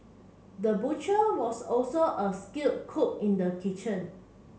the butcher was also a skilled cook in the kitchen